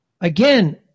Again